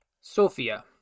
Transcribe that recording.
Sophia